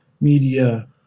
media